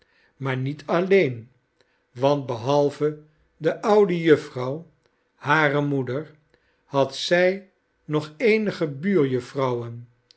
maar niet alleen want behalve de oude jufvrouw hare moeder had zij nog eenige buurjufvrouwen